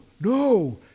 no